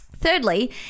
Thirdly